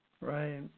Right